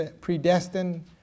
predestined